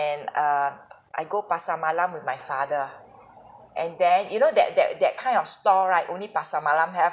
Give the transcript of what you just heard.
err I go pasar malam with my father ah and then you know that that that kind of store right only pasar malam have